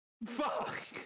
Fuck